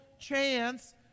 chance